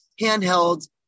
handheld